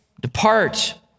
depart